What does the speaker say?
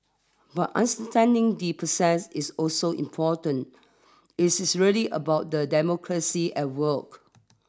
but understanding the process is also important is is really about the democracy at work